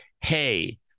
hey